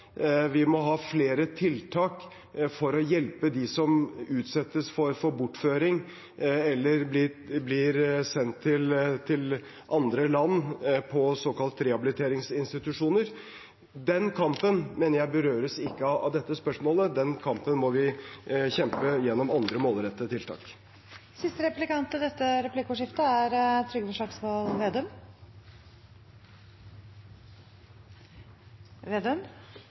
vi må forenes i kampen mot negativ sosial kontroll. Vi må ha flere tiltak for å hjelpe dem som utsettes for bortføring eller blir sendt til andre land på såkalte rehabiliteringsinstitusjoner. Den kampen mener jeg ikke berøres av dette spørsmålet, den kampen må vi kjempe gjennom andre målrettede tiltak.